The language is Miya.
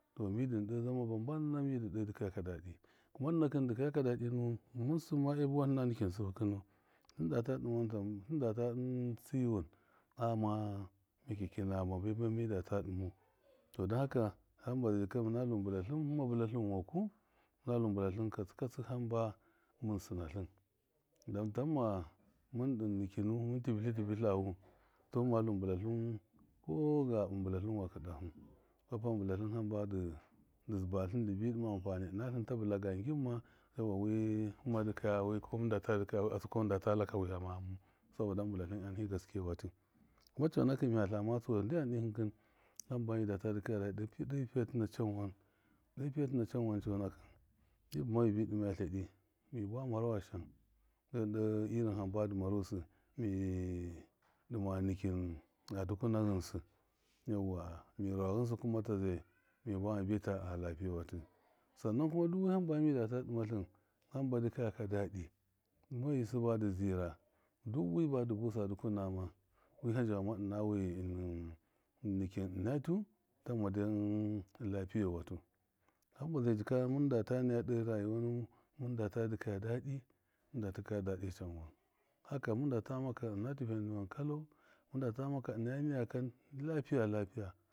Tɔ midi ndi de zama ba mbamma midɨ ɗa dikaya daɗɨ kuma nina kɨn dikaya ka daɗɨ nuwṫn mɨn sɨmma buwatlɨna nkin sɨbɨ kɨnu tlɨndata ɗiman tani tlɨndafa tsiyuwɨn aghama makyaki nama bami data ɗɨmau, tɔ dɔn haka mɨnalu mɨn bɨlatlṫn mɨnma bɨla tlɨn waku, mɨndu mɨn bɨlatlɨn katsɨ katsɨ hamba mɨn bɨlatlɨn katsɨ katsɨ hamba mɨn sṫnatlɨn dɔn tamma mɨn dɨn nkinu, mɨn tibitlɨ tibitwu tɔ mɨmmalu mɨn bitlal biltlɨn kɔ gaɓɨ mɨn bila tlɨn wakɨ ɗahu kwapa mɨn bilatlɨn hamba dɨ dibatlɨn dɨ bi ɗɨma ampani ɨnɨtlɨn ta bɨla ga ngim ma yauwa wima dɨya ko mɨndata dɨkaya wi atsɨ kɔ mɨndata laka wihama ghamu sabɔda mɨn bɨlatlɨn aimhi gaskewatɨ kuma cɔnakɨn mɨya tlama tsuwai ndyam dɨ kɨkɨn hamba midata dikaya dadɨ ɗe piyatɨna na canwan cɔnakɨn mi bɨma mibi dɨma haɗi mi buwanna mara wa shashanu irin hambadɨ marusɨ mi dɨma nikin a dukuma ghɨnsɨ yauwa mirawa kama ta zai mɨbuwa ma bita a watɨ zannan kuma du hamba midata dɨmatlɨn hamba dɨ kɔya ka dudɨ mɔyu sɨba dɨ zira du wi badɨ busa dukunama wi- ham zhamama ɨna wi innnɨkɨn ina lyu. Tamma daiii in lapiye watu hamba zai jika mɨn data naya ɗe rayuwa nuwɨn mɨndata dɨka de rayuwa nuwin mɨndata dɨkaya dadɨ mɨnda dɨkɔya dadɨ canwan haka mɨndata maka inativau niwan kalani mɨndata maka ɨna niya kam ndɨ lapiya lapiya.